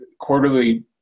quarterly